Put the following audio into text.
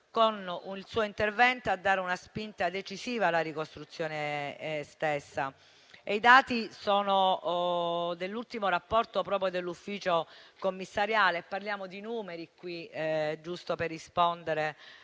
con un suo intervento, a dare una spinta decisiva alla ricostruzione stessa. I dati che voglio citare, che sono dell'ultimo rapporto dell'ufficio commissariale - parliamo di numeri, giusto per rispondere